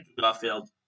Garfield